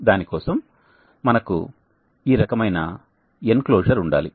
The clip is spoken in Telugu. దానికోసం మనకు ఈ రకమైన ఎన్క్లోజర్ ఉండాలి